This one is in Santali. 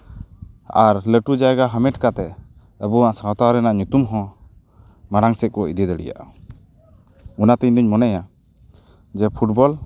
ᱟᱨ ᱞᱟᱹᱴᱩ ᱡᱟᱭᱜᱟ ᱦᱟᱢᱮᱴ ᱠᱟᱛᱮᱫ ᱟᱵᱚᱣᱟᱜ ᱥᱟᱶᱛᱟ ᱨᱮᱱᱟᱜ ᱧᱩᱛᱩᱢ ᱦᱚᱸ ᱢᱟᱲᱟᱝ ᱥᱮᱫ ᱠᱚ ᱤᱫᱤ ᱫᱟᱲᱮᱭᱟᱜᱼᱟ ᱚᱱᱟᱛᱮ ᱤᱧ ᱫᱩᱧ ᱢᱚᱱᱮᱭᱟ ᱡᱮ ᱯᱷᱩᱴᱵᱚᱞ